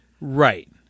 Right